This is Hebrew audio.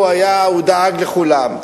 הוא דאג לכולם,